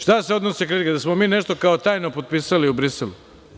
Šta se odnose kritike, da smo nešto, kao tajno, potpisali u Briselu?